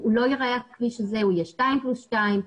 ייראה כמו הכביש הזה אלא הוא יהיה שתיים פלוס שתיים,